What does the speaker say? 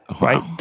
right